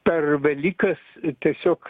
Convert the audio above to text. per velykas tiesiog